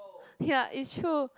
ya it's true